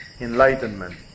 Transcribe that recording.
enlightenment